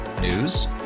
News